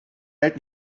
welt